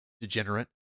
degenerate